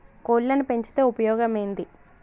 కోళ్లని పెంచితే ఉపయోగం ఏంది?